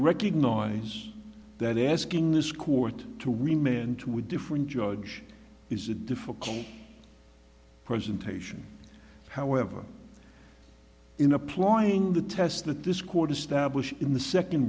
recognize that asking this court to remain to a different judge is a difficult presentation however in applying the test that this quarter established in the second